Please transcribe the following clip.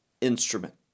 instrument